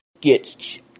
get